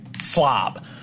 slob